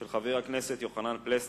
של חבר הכנסת יוחנן פלסנר.